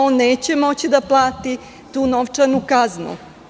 On neće moći da plati tu novčanu kaznu.